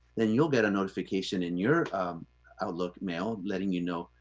then you'll get a notification in your outlook mail letting you know,